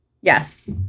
Yes